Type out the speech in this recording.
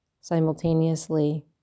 simultaneously